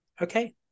okay